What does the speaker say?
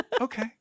Okay